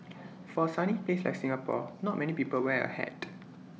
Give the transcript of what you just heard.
for A sunny place like Singapore not many people wear A hat